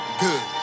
good